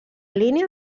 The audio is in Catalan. línia